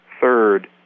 Third